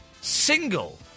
Single